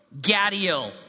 Gadiel